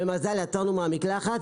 במזל יצאנו מהמקלחת